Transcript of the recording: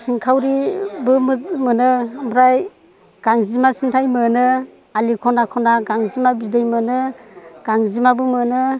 सिनखावरिबो मोनो आमफ्राय गांजेमा सिन्थाय मोनो आलि खना खना गांजिमा बिदै मोनो गांजिमाबो मोनो